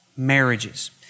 marriages